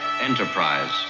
Enterprise